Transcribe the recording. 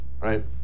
right